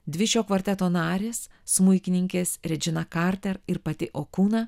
dvi šio kvarteto narės smuikininkės redžina karter ir pati okūna